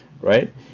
right